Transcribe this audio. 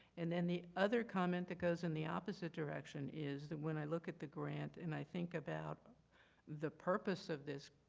and and the other comment that goes in the opposite direction is when i look at the grant and i think about the purpose of this,